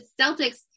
Celtics